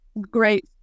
great